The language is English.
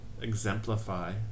exemplify